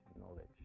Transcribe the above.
knowledge